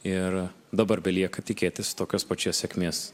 ir dabar belieka tikėtis tokios pačios sėkmės